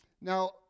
Now